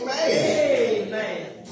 Amen